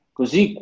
così